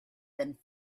been